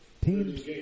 Team's